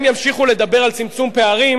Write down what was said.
הם ימשיכו לדבר על צמצום פערים,